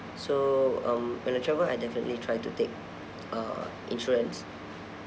so um when I travel I definitely try to take uh insurance